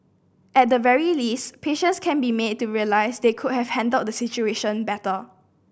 at the very least patients can be made to realise they could have handled the situation better